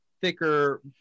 thicker